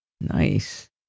Nice